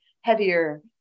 heavier